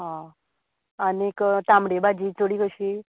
आं आनी तामडे भाजी चुडी कशी